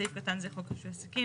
סעיף קטן חוק רישוי עסקים,